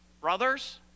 Brothers